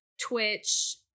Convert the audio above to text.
Twitch